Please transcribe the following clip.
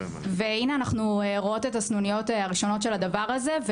והנה אנחנו רואות את הסנוניות הראשונות של הדבר הזה,